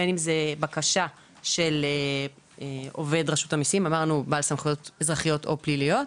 בין אם זה בקשה של עובד רשות המיסים בעל סמכויות אזרחיות או פליליות.